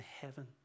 heaven